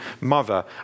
mother